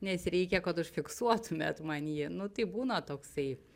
nes reikia kad užfiksuotumėt man jį nu tai būna toksai